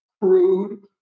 rude